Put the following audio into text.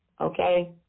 okay